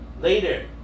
Later